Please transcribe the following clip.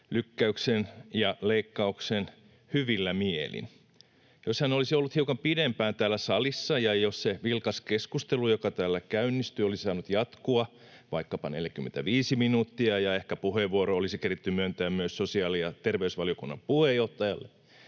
lykkäyksestä ja leikkauksesta vammaisilta hyvillä mielin. Jos hän olisi ollut hiukan pidempään täällä salissa ja jos se vilkas keskustelu, joka täällä käynnistyi, olisi saanut jatkua vaikkapa 45 minuuttia, ja ehkä puheenvuoro olisi keretty myöntää myös sosiaali- ja terveysvaliokunnan puheenjohtajalle,